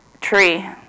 tree